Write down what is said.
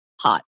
hot